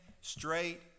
straight